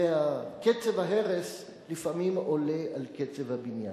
וקצב ההרס לפעמים עולה על קצב הבניין.